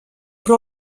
però